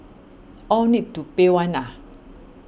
all need to pay one ah